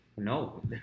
No